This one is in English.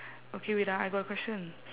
okay wait ah I got a question